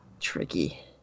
Tricky